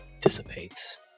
dissipates